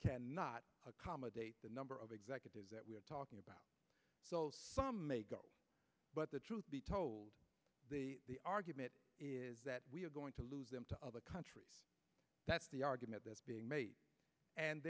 cannot accommodate the number of executives that we are talking about but the truth be told the argument is that we are going to lose them to other countries that's the argument that's being made and